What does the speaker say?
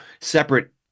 separate